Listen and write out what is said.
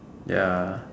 ya